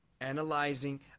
analyzing